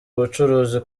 ubucuruzi